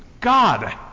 God